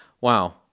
Wow